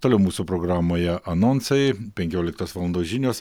toliau mūsų programoje anonsai penkioliktos valandos žinios